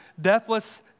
deathless